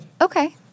Okay